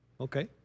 Okay